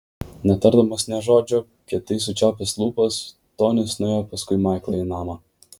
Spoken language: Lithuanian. netardamas nė žodžio kietai sučiaupęs lūpas tonis nuėjo paskui maiklą į namą